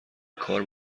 کار